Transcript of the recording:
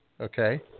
Okay